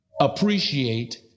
appreciate